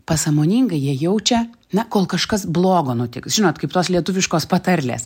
pasąmoningai jie jaučia na kol kažkas blogo nutiks žinot kaip tos lietuviškos patarlės